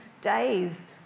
days